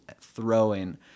throwing